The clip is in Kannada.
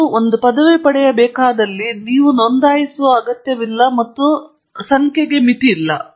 ನಿಮಗೆ ಒಂದು ಪದವಿ ಬೇಕಾದಲ್ಲಿ ನೀವು ನೋಂದಾಯಿಸಬೇಕಾದರೆ ಮತ್ತು ಮಿತಿಯಿಲ್ಲ